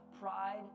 pride